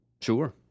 Sure